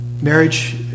marriage